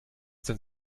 denn